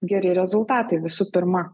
geri rezultatai visų pirma